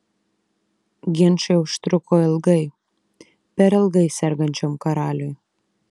ginčai užtruko ilgai per ilgai sergančiam karaliui